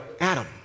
Adam